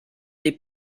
des